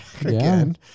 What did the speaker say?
again